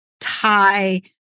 tie